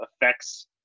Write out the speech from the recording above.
affects